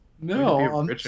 No